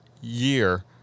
year